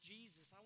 Jesus